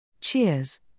Cheers